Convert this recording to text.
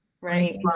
Right